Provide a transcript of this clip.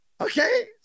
okay